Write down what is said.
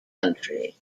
country